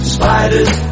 Spiders